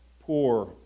poor